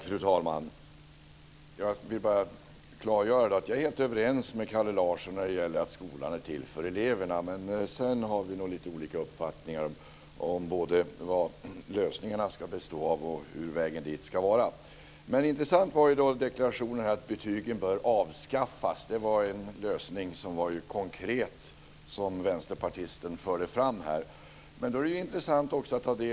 Fru talman! Jag vill bara klargöra att jag är helt överens med Kalle Larsson om att skolan är till för eleverna, men sedan har vi nog lite olika uppfattningar om vad lösningarna ska bestå av och hur vägen dit ska se ut. Deklarationen att betygen bör avskaffas var intressant. Det var en konkret lösning som vänsterpartisten förde fram.